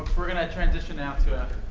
we're going to transition now to a